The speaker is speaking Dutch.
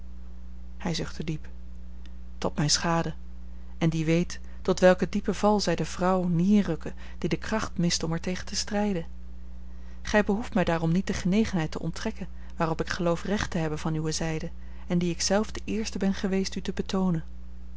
hij zuchtte diep tot mijne schade en die weet tot welken diepen val zij de vrouw neer rukken die de kracht mist om er tegen te strijden gij behoeft mij daarom niet de genegenheid te onttrekken waarop ik geloof recht te hebben van uwe zijde en die ik zelf de eerste ben geweest u te betoonen